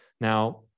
Now